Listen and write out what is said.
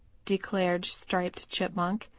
declared striped chipmunk,